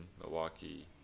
Milwaukee